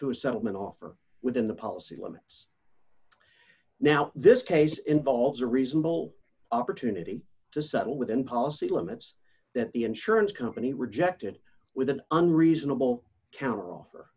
to a settlement offer within the policy limits now this case involves a reasonable opportunity to settle within policy limits that the insurance company rejected with an unreasonable counteroffer